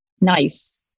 nice